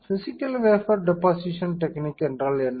physical wafer deposition technique என்றால் என்ன